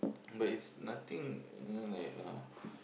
but it's nothing you know like uh